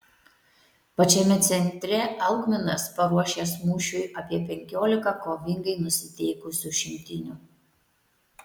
pačiame centre algminas paruošęs mūšiui apie penkiolika kovingai nusiteikusių šimtinių